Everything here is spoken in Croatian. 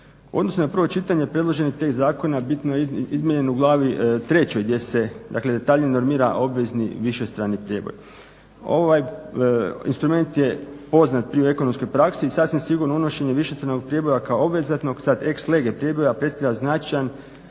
odnosu na prvo čitanje predloženi tekst zakona bitno je izmijenjen u glavi 3. gdje se u detalje normira obvezni višestrani prijeboj. Ovaj instrument je poznat i u ekonomskoj praksi i sasvim sigurno unošenje višestranog prijeboja kao obvezatnog, sad ex lege prijeboja predstavlja značajan